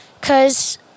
Cause